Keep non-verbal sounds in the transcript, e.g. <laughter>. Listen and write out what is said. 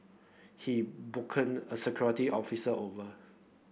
he <unintelligible> a security officer over